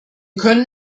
können